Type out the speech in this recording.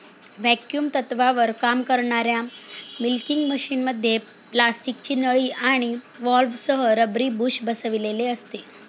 vacuum तत्त्वावर काम करणाऱ्या मिल्किंग मशिनमध्ये प्लास्टिकची नळी आणि व्हॉल्व्हसह रबरी बुश बसविलेले असते